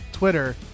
Twitter